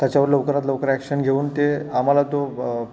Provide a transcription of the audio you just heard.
त्याच्यावर लवकरात लवकर ॲक्शन घेऊन ते आम्हाला तो